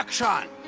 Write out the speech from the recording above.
like shot.